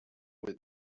with